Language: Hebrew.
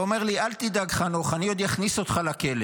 ואמר לי: אל תדאג, חנוך, אני עוד אכניס אותך לכלא.